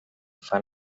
fan